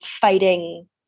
fighting